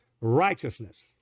righteousness